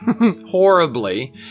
horribly